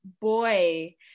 boy